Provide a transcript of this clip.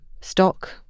stock